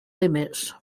limits